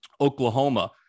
Oklahoma